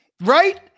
right